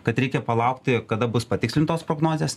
kad reikia palaukti kada bus patikslintos prognozės